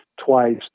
twice